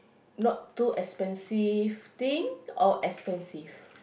not too expensive thing or expensive